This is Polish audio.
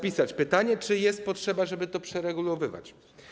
Pytanie, czy jest potrzeba, żeby to przeregulowywać.